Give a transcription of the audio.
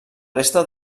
resta